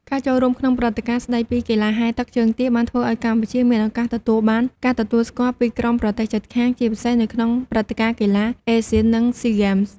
ការចូលរួមក្នុងព្រឹត្តិការណ៍ស្ដីពីកីឡាហែលទឹកជើងទាបានធ្វើឱ្យកម្ពុជា មានឱកាសទទួលបានការទទួលស្គាល់ពីក្រុមប្រទេសជិតខាងជាពិសេសនៅក្នុងព្រឹត្តិការណ៍កីឡា ASEAN និង SEA Games។